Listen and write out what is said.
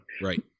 Right